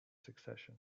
succession